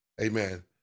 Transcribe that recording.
Amen